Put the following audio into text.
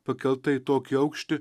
pakelta į tokį aukštį